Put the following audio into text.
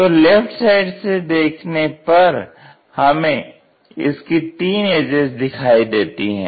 तो left side से देखने पर हमें इसकी तीन एजेज़ दिखाई देती हैं